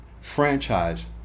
franchise